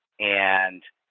and